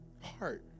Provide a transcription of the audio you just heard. Heart